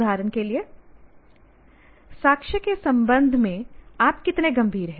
उदाहरण के लिए साक्ष्य के संबंध में आप कितने गंभीर हैं